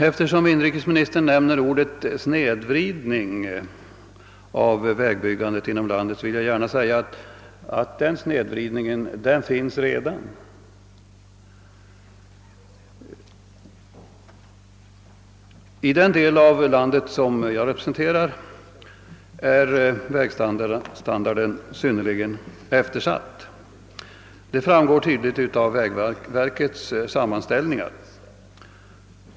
Eftersom inrikesministern nämner ordet »snedvridning» av vägbyggandet inom landet, så vill jag gärna säga att denna snedvridning redan har skett. I den del av landet som jag representerar är vägstandarden synnerligen eftersatt. Det framgår tydligt av vägverkets sammanställningar.